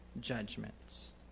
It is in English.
judgments